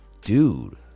Dude